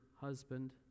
husband